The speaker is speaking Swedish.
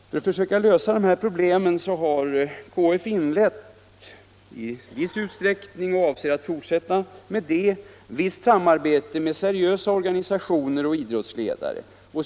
För att försöka lösa de här problemen har KF inlett — och avser att fortsätta — visst samarbete med seriösa organisationer och idrottsledare.